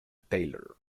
taylor